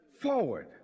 forward